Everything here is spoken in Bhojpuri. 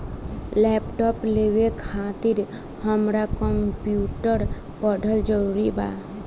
लैपटाप लेवे खातिर हमरा कम्प्युटर पढ़ल जरूरी बा?